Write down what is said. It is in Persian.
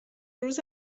روز